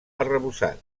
arrebossat